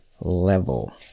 level